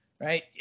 right